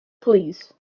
please